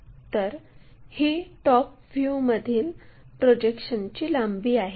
तर ही टॉप व्ह्यूमधील प्रोजेक्शनची लांबी आहे